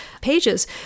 pages